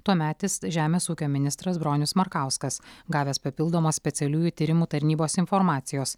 tuometis žemės ūkio ministras bronius markauskas gavęs papildomą specialiųjų tyrimų tarnybos informacijos